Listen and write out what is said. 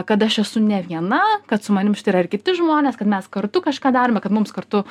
kad aš esu ne viena kad su manim čia yra ir kiti žmonės kad mes kartu kažką darome kad mums kartu